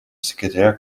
секретаря